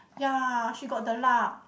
ya she got the luck